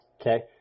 Okay